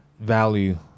value